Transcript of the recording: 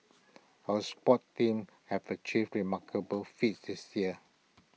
our sports teams have achieved remarkable feats this year